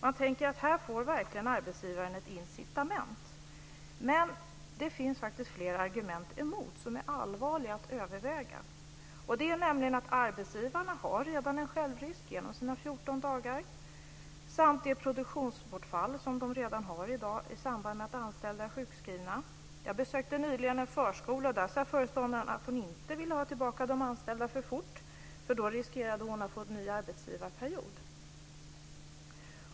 Man tänker att här får arbetsgivaren verkligen ett incitament, men det finns faktiskt fler argument mot som allvarligt bör övervägas. Arbetsgivarna har nämligen redan en självrisk genom sina 14 dagar samt det produktionsbortfall som de i dag har i samband med att anställda är sjukskrivna. Nyligen besökte jag en förskola. Där sade föreståndaren att hon inte ville ha tillbaka de anställda för fort därför att då riskerade hon en ny arbetsgivarperiod.